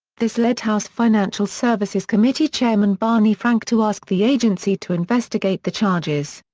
this led house financial services committee chairman barney frank to ask the agency to investigate the charges.